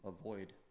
avoid